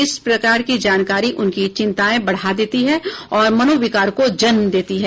इस प्रकार की जानकारी उनकी चिंताए बढ़ा देती है और मनोविकार को जन्म देती है